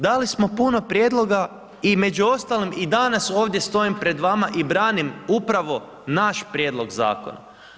Dali smo puno prijedloga i među ostalim i danas ovdje stojim pred vama i branim upravo naš prijedlog zakona.